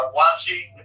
watching